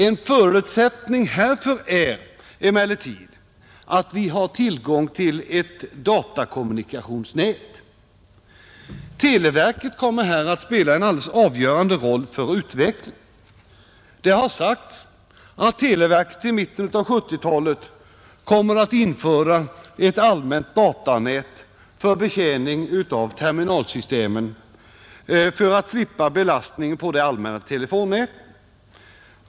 En förutsättning härför är emellertid att vi har tillgång till ett datakommunikationsnät. Televerket kommer här att spela en alldeles avgörande roll för utvecklingen. Det har sagts att televerket till mitten av 1970-talet kommer att införa ett allmänt datanät för betjäning av terminalsystemen i avsikt att slippa belastningen på det allmänna telefonnätet.